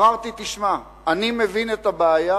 ואמרתי: אני מבין את הבעיה